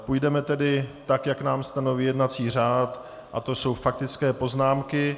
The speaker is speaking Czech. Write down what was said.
Půjdeme tedy tak, jak nám stanoví jednací řád, a to jsou faktické poznámky.